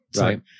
Right